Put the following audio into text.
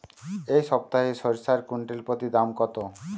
এই সপ্তাহে সরিষার কুইন্টাল প্রতি দাম কত?